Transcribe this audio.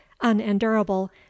unendurable